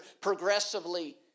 progressively